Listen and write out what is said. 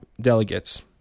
delegates